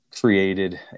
created